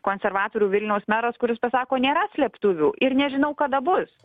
konservatorių vilniaus meras kuris pasako nėra slėptuvių ir nežinau kada bus